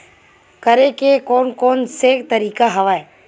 करे के कोन कोन से तरीका हवय?